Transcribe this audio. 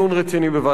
תודה לאדוני.